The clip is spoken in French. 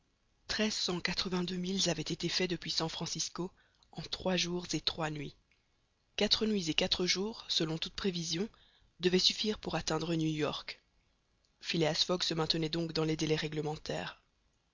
quatre-vingt-deux milles avaient été faits depuis san francisco en trois jours et trois nuits quatre nuits et quatre jours selon toute prévision devaient suffire pour atteindre new york phileas fogg se maintenait donc dans les délais réglementaires